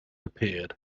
appeared